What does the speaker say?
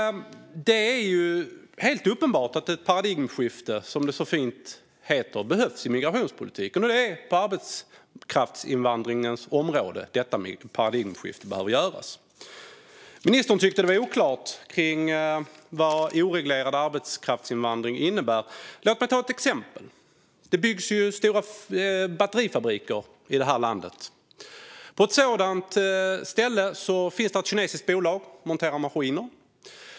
Det är helt uppenbart att ett paradigmskifte, som det så fint heter, behövs i migrationspolitiken. Det är nu på arbetskraftsinvandringens område detta paradigmskifte behöver göras. Ministern tyckte att det var oklart vad oreglerad arbetskraftsinvandring innebär. Låt mig ta ett exempel. Det byggs stora batterifabriker i det här landet. På ett sådant ställe finns ett kinesiskt bolag som har till uppgift att montera maskiner.